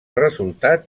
resultat